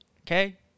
Okay